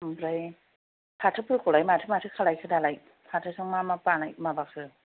आमफ्राय फाथोफोरखौलाय माथो माथो खालायखो दालाय फाथोखौ मा मा माबाखो